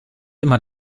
immer